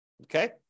Okay